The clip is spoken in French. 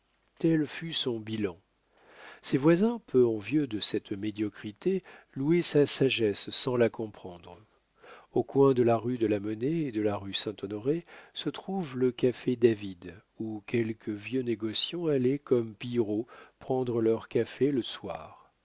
tel fut son bilan ses voisins peu envieux de cette médiocrité louaient sa sagesse sans la comprendre au coin de la rue de la monnaie et de la rue saint-honoré se trouve le café david où quelques vieux négociants allaient comme pillerault prendre leur café le soir